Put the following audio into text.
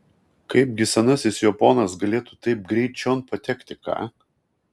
kaipgi senasis jo ponas galėtų taip greit čion patekti ką